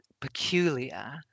peculiar